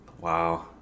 Wow